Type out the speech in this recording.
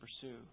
pursue